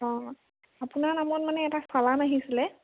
অঁ আপোনাৰ নামত মানে এটা চালান আহিছিলে